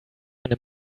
eine